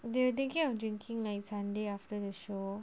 they were thinking of drinking like sunday after the show